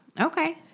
Okay